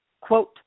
Quote